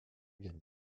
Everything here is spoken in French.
gagné